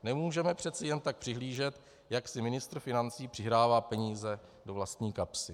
Nemůžeme přece jen tak přihlížet, jak si ministr financí přihrává peníze do vlastní kapsy.